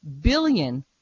billion